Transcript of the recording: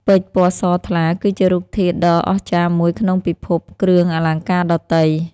ពេជ្រ ពណ៌សថ្លា គឺជារូបធាតុដ៏អស្ចារ្យមួយក្នុងពីភពគ្រឿងអលង្ការដទៃ។